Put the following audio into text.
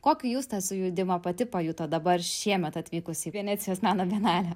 kokį jūs tą sujudimą pati pajutot dabar šiemet atvykusi į venecijos meno bienalę